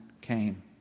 came